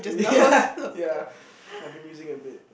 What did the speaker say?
yeah yeah I've been using a bit